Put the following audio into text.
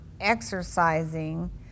exercising